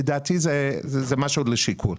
לדעתי זה משהו לשיקול.